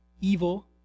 evil